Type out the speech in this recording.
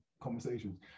conversations